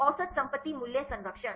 औसत संपत्ति मूल्य संरक्षण